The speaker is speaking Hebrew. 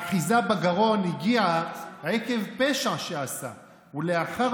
האחיזה בגרון הגיעה עקב פשע שעשה ולאחר